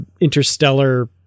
interstellar